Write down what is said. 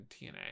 tna